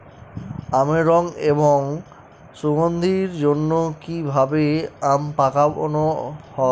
আমের রং এবং সুগন্ধির জন্য কি ভাবে আম পাকানো হয়?